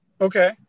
Okay